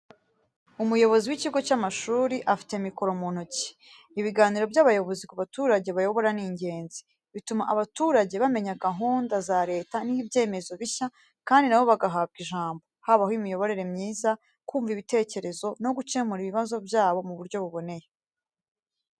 Umuyobozi w'ikigo cy'amashuri afite mikoro mu ntoki. Ibiganiro by’abayobozi ku baturage bayobora ni ingenzi, bituma abaturage bamenya gahunda za leta n'ibyemezo bishya kandi na bo bagahabwa ijambo, habaho imiyoborere myiza, kumva ibitekerezo no gukemura ibibazo byabo mu buryo buboneye.